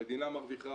המדינה מרוויחה,